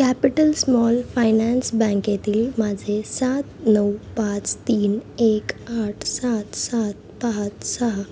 capital small finance बँकेतील माझे सात नऊ पाच तीन एक आठ सात सात पाच सहा